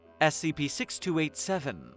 SCP-6287